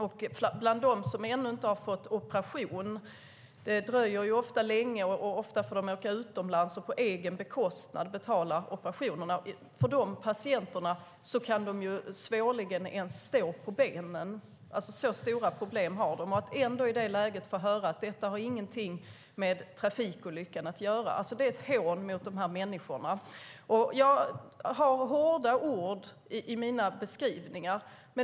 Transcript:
De patienter som ännu inte fått en operation - det kan dröja länge och de får ofta åka utomlands och själva bekosta operationen - kan svårligen ens stå på benen. Så stora problem har de. Att i det läget få höra att det inte har någonting med trafikolyckan att göra är ett hån mot dessa människor. Ja, jag använder hårda ord i min beskrivning.